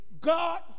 God